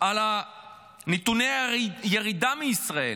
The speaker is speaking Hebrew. על נתוני הירידה מישראל.